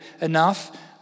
enough